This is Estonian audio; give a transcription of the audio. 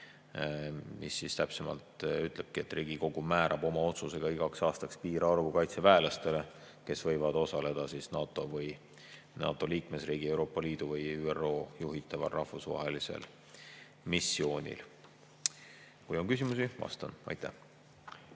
mis täpsemalt ütleb, et Riigikogu määrab oma otsusega igaks aastaks piirarvu kaitseväelastele, kes võivad osaleda NATO või NATO liikmesriigi, Euroopa Liidu või ÜRO juhitaval rahvusvahelisel missioonil. Kui on küsimusi, siis vastan. Aitäh!